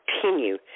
continue